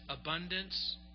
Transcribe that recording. abundance